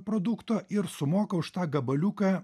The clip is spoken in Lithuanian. produkto ir sumoka už tą gabaliuką